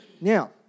Now